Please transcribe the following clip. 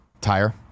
Tire